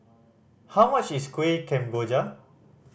how much is Kuih Kemboja